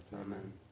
Amen